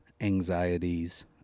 anxieties